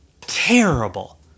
terrible